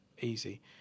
easy